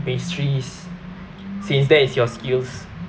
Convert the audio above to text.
pastries since that is your skills